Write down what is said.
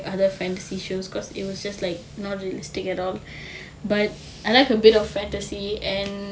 other fantasy shows because it was just like not realistic at all but I like a bit of fantasy and